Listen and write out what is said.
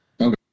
Okay